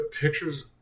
pictures